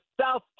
South